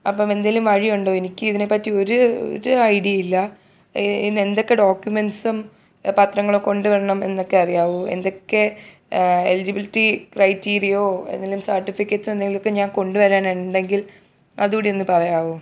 അപ്പോള് എന്തേലും വഴിയുണ്ടോ എനിക്കിതിനെപ്പറ്റി ഒരു ഒരു ഐഡിയയില്ല ഇതിനെന്തൊക്കെ ഡോക്യൂമെൻറ്റ്സും പത്രങ്ങളും കൊണ്ടുവരണം എന്നൊക്കെ അറിയാമോ എന്തൊക്കെ എലിജിബിലിറ്റി ക്രൈറ്റീരിയോ എന്തെങ്കിലും സെർട്ടിഫിക്കറ്റ്സെന്തങ്കിലൊക്കെ ഞാൻ കൊണ്ടുവരാനുണ്ടങ്കിൽ അത് കൂടി ഒന്ന് പറയാമോ